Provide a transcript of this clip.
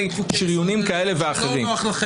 את התהליך ואני חייב להעיר שנדמה לי שאתה כאילו אמרת אם תגדירו